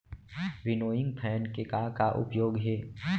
Winnowing fan के का का उपयोग हे?